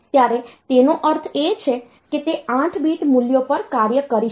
ત્યારે તેનો અર્થ એ છે કે તે 8 બીટ મૂલ્યો પર કાર્ય કરી શકે છે